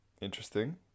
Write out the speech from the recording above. Interesting